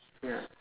ya